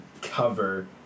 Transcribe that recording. cover